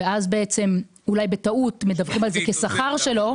ואז אולי בטעות מדווחים על זה כשכר שלו.